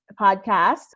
podcast